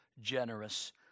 generous